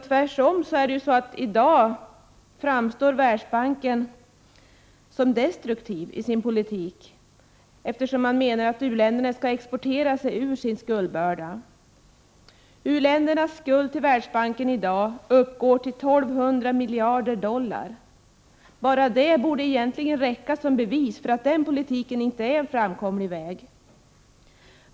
Tvärtom framstår Världsbanken i dag som destruktiv i sin politik, eftersom banken menar att u-länderna skall exportera sig ur sin skuldbörda. U-ländernas skuld till Världsbanken uppgår i dag till 1 200 miljarder dollar. Bara det borde egentligen räcka som bevis för att den politiken inte är en framkomlig väg.